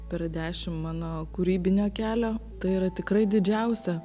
per dešim mano kūrybinio kelio tai yra tikrai didžiausia